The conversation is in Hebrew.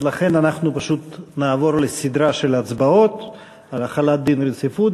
לכן אנחנו פשוט נעבור לסדרה של הצבעות על החלת דין רציפות.